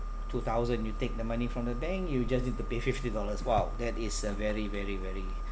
two thousand you take the money from the bank you just need to pay fifty dollars !wow! that is a very very very